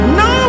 no